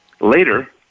later